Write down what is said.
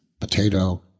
potato